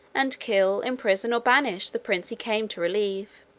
and kill, imprison, or banish, the prince he came to relieve.